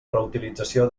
reutilització